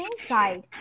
inside